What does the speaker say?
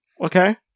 Okay